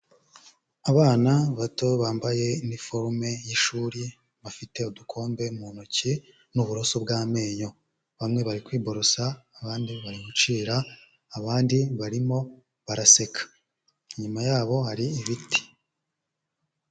Abana bato bambaye iniforume y'ishuri bafite udukombe mu ntoki n'uburoso bw'amenyo, bamwe bari kwiborosa abandi bari gucira, abandi barimo baraseka, inyuma yabo hari ibiti.